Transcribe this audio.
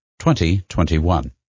2021